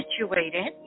situated